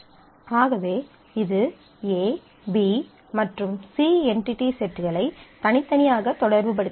ஆகவே இது A B மற்றும் C என்டிடி செட்களை தனித்தனியாக தொடர்புபடுத்துகிறது